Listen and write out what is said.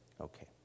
Okay